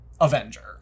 Avenger